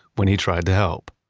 when he tried to help